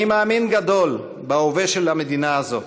אני מאמין גדול בהווה של המדינה הזאת,